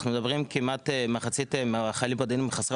כמעט מחצית מהחיילים הבודדים הם חסרי